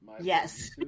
Yes